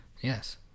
yes